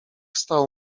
stał